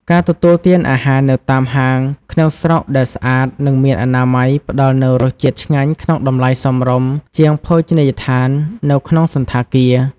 ការទទួលទានអាហារនៅតាមហាងក្នុងស្រុកដែលស្អាត និងមានអនាម័យ ផ្តល់នូវរសជាតិឆ្ងាញ់ក្នុងតម្លៃសមរម្យជាងភោជនីយដ្ឋាននៅក្នុងសណ្ឋាគារ។